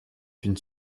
une